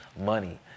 money